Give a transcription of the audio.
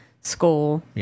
school